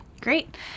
Great